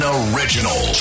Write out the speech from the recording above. original